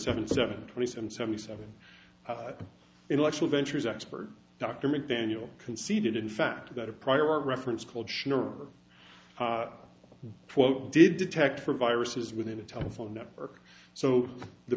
seven seven twenty seven seventy seven intellectual ventures expert dr mcdaniel conceded in fact that a prior reference called sure quote did detect for viruses when in a telephone network so the